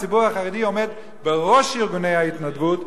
הציבור החרדי עומד בראש ארגוני ההתנדבות.